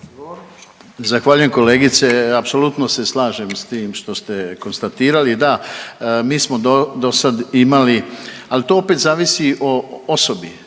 Zahvaljujem kolegice. Apsolutno se slažem s tim što ste konstatirali, da, mi smo do sad imali, al to opet zavisi o osobi.